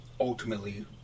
ultimately